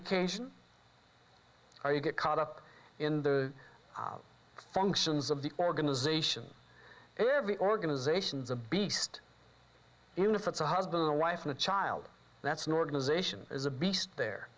occasion or you get caught up in the functions of the organization every organizations a beast even if it's a husband a wife and a child that's normalization is a beast there